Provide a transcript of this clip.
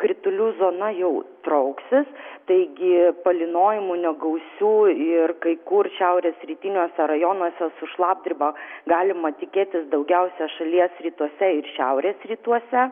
kritulių zona jau trauksis taigi palynojimų negausių ir kai kur šiaurės rytiniuose rajonuose su šlapdriba galima tikėtis daugiausia šalies rytuose ir šiaurės rytuose